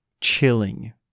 chilling